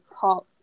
top